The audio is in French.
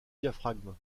diaphragme